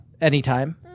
Anytime